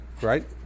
right